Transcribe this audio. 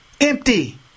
empty